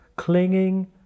clinging